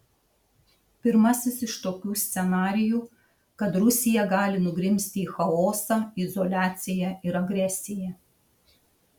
pirmasis iš tokių scenarijų kad rusija gali nugrimzti į chaosą izoliaciją ir agresiją